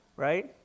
Right